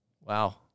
Wow